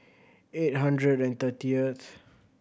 eight hundred and thirtieth